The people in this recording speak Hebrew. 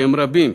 שהם רבים,